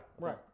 Right